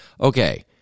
okay